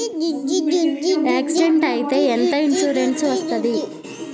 Accident అయితే ఎంత insurance వస్తది?